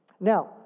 Now